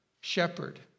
shepherd